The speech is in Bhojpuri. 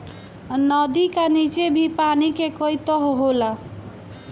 नदी का नीचे भी पानी के कई तह होला